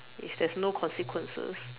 if there's no consequences